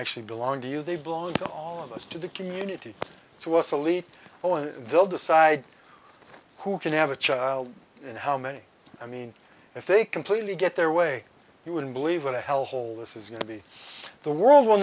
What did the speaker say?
actually belong to you they belong to all of us to the community to us alit all and they'll decide who can have a child and how many i mean if they completely get their way you wouldn't believe what a hell hole this is going to be the world will